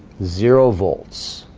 zero volts